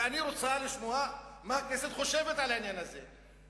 ואני רוצה לשמוע מה הכנסת חושבת על העניין הזה.